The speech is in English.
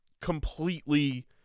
completely